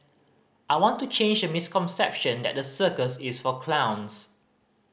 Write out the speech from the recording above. I want to change the misconception that the circus is for clowns